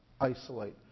isolate